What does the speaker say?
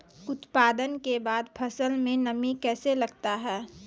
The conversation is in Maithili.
उत्पादन के बाद फसल मे नमी कैसे लगता हैं?